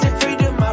freedom